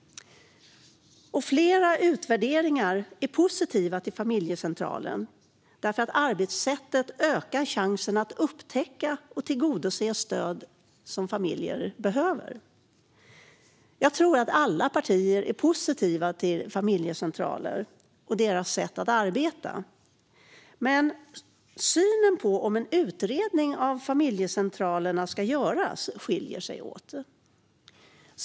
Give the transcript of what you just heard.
Flera utvärderingar är positiva till familjecentraler, därför att arbetssättet ökar chansen att upptäcka och tillgodose stöd som familjer behöver. Jag tror att alla partier är positiva till familjecentraler och deras sätt att arbeta. Men synen på om en utredning ska göras av familjecentralerna skiljer sig åt.